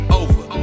over